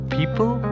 People